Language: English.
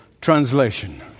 translation